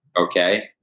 Okay